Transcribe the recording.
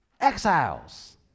exiles